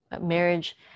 marriage